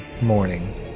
morning